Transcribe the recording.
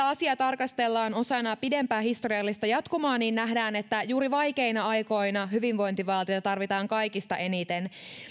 asiaa tarkastellaan osana pidempää historiallista jatkumoa nähdään että juuri vaikeina aikoina hyvinvointivaltiota tarvitaan kaikista eniten